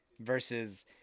versus